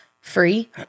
free